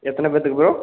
எத்தனை பேர்த்துக்கு ப்ரோ